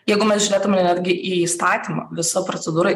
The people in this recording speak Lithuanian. jeigu mes žiūrėtume netgi įstatymą visa procedūra